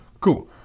Cool